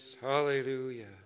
Hallelujah